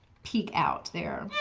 peek out there. yeah